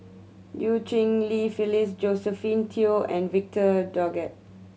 Eu Cheng Li Phyllis Josephine Teo and Victor Doggett